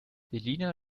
selina